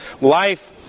life